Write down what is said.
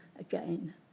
again